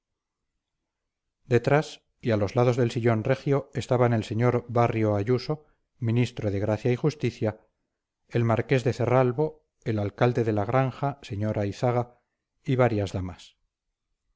detrás y a los lados del sillón regio estaban el sr barrio ayuso ministro de gracia y justicia el marqués de cerralbo el alcalde de la granja sr ayzaga y varias damas